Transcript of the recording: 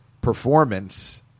performance